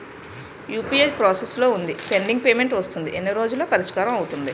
UPI process లో వుందిపెండింగ్ payment వస్తుంది ఎన్ని రోజుల్లో పరిష్కారం అవుతుంది